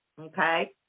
Okay